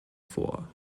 vor